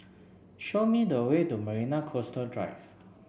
show me the way to Marina Coastal Drive